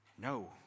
no